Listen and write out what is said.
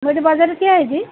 ମୁଁ ଏଠି ବଜାରରେ ଠିଆ ହେଇଛି